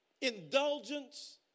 indulgence